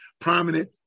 prominent